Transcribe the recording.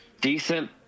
decent